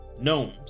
gnomes